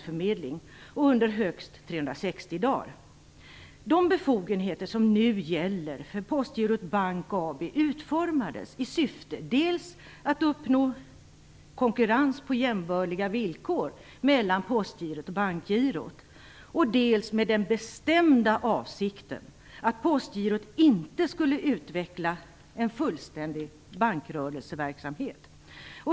De befogenheter som nu gäller för Postgirot Bank AB utformades dels i syfte att uppnå konkurrens på jämbördiga villkor mellan Postgirot och Bankgirot, dels med den bestämda avsikten att Postgirot inte skulle utveckla en fullständig bankrörelseverksamhet.